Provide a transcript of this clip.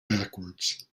backwards